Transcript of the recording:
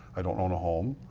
i don't own a home.